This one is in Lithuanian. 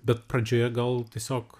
bet pradžioje gal tiesiog